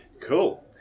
Cool